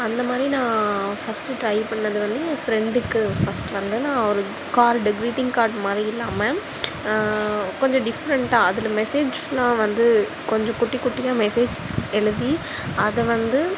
அந்த மாதிரி நான் ஃபஸ்ட்டு ட்ரை பண்ணிணது வந்து ஃப்ரெண்டுக்கு ஃபஸ்ட் வந்து நான் ஒரு கார்டு க்ரீட்டிங் கார்ட் மாதிரி இல்லாமல் கொஞ்சம் டிஃப்ரெண்ட்டாக அதில் மெஸேஜெலாம் வந்து கொஞ்சம் குட்டி குட்டியாக மெஸேஜ் எழுதி அதை வந்து